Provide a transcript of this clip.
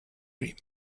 cream